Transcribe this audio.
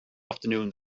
afternoon